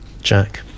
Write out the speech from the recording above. Jack